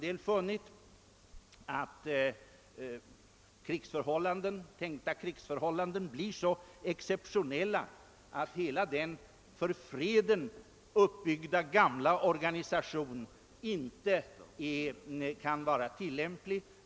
Revisorerna har för sin del ansett att dessa krigsförhållanden måste bli så exceptionella att:hela den för fredsförhållanden uppbyggda gamla organisationen inte kan vara tillämplig.